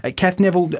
ah cath neville,